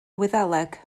wyddeleg